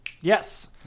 Yes